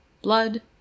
blood